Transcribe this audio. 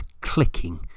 clicking